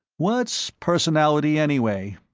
what's personality anyway?